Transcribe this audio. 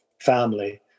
family